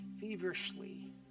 feverishly